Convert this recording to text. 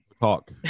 Talk